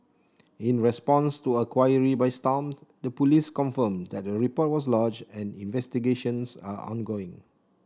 in response to a query by Stomp the police confirmed that a report was lodged and investigations are ongoing